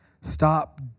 stop